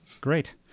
great